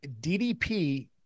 DDP